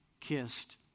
kissed